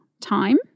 time